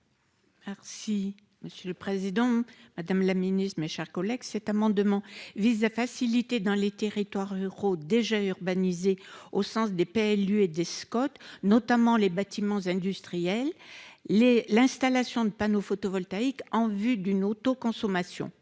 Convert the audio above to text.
Merci monsieur le Président, Madame la Ministre, mes chers collègues, cet amendement vise à faciliter dans les territoires ruraux déjà urbanisée au sens des PLU et des Scott notamment les bâtiments industriels les l'installation de panneaux photovoltaïques en vue d'une auto-consommation,